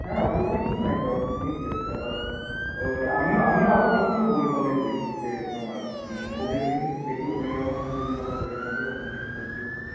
হ্যাঁ অসুবিধা কিছু নাই তো অসুবিধা কী আছে আবার ও ওটা আমিও আমিও আবার ভর্তি হবো ওই কলেজেই হচ্ছে তোমার ওপেন থেকে দেখি ওপেনে ওখানে যদি কোনো ইয়া থাকে ওপেন থেকে ভর্তি হবো